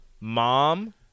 mom